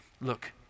look